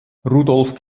rudolf